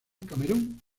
camerún